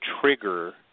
trigger